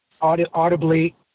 audibly